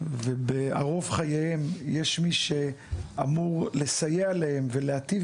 ובערוב חייהם יש מי שאמור לסייע להם ולהיטיב